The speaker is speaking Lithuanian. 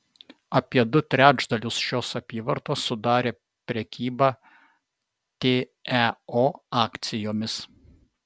apie du trečdalius šios apyvartos sudarė prekyba teo akcijomis